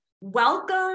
Welcome